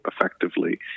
effectively